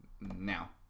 now